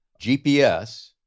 GPS